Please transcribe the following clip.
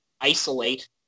isolate